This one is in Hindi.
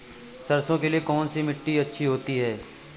सरसो के लिए कौन सी मिट्टी अच्छी होती है?